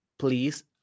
please